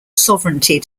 sovereignty